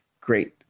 great